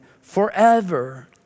forever